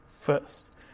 first